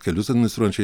kelius administruojančią